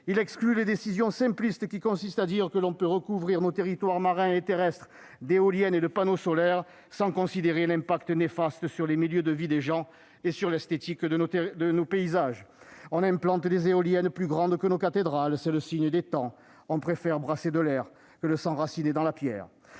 exclut les décisions simplistes qui consistent à recouvrir nos territoires marins et terrestres d'éoliennes et de panneaux solaires, sans considérer les effets néfastes sur les milieux de vie des gens et sur l'esthétique de nos paysages. On implante des éoliennes plus grandes que nos cathédrales, c'est le signe des temps : on préfère brasser de l'air plutôt que s'enraciner dans la pierre